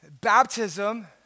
Baptism